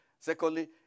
Secondly